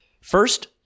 First